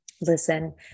listen